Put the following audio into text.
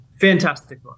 fantastic